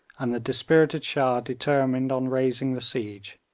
and the dispirited shah determined on raising the siege.